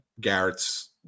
Garrett's